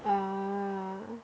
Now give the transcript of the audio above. ah